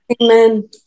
amen